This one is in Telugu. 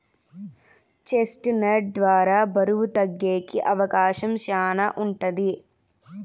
చెస్ట్ నట్ ద్వారా బరువు తగ్గేకి అవకాశం శ్యానా ఉంటది